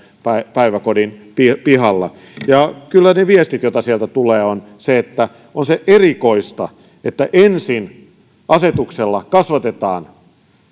päiväkodin pihalla ja kyllä ne viestit joita sieltä tulee kertovat että on erikoista että ensin asetuksella kasvatetaan